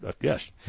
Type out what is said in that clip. yes